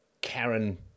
Karen